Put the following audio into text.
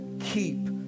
keep